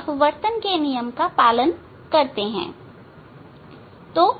अपवर्तन के नियम का पालन करता है